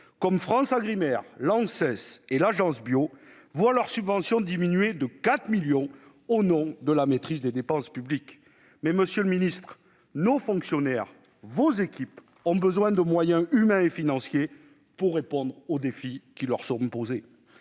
et du travail (Anses) et l'Agence Bio voient leurs subventions diminuer de 4 millions d'euros, au nom de la « maîtrise des dépenses publiques »! Monsieur le ministre, nos fonctionnaires- vos équipes ! -ont besoin de moyens humains et financiers pour répondre aux défis qui nous sont posés.